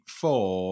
four